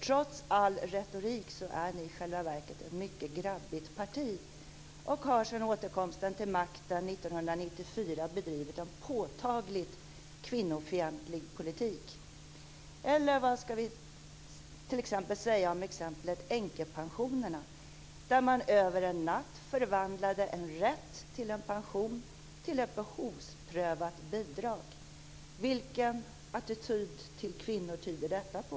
Trots all retorik är ni i själva verket ett mycket grabbigt parti och har sedan återkomsten till makten 1994 bedrivit en påtagligt kvinnofientlig politik, eller vad ska vi säga om exemplet änkepensionerna? Över en natt förvandlade man en rätt till en pension till ett behovsprövat bidrag. Vilken attityd till kvinnor tyder detta på?